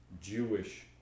Jewish